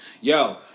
Yo